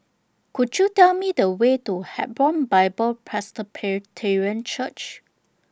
Could YOU Tell Me The Way to Hebron Bible Presbyterian Church